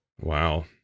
Wow